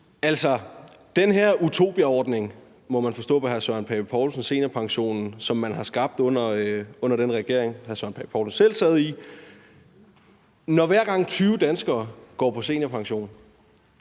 altså om den her utopiaordning – det må man forstå på hr. Søren Pape Poulsen at det er – nemlig seniorpensionen, som man har skabt under den regering, hr. Søren Pape Poulsen selv sad i. Hver gang 20 danskere går på seniorpension,